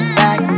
back